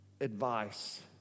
advice